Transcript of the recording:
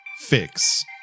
Fix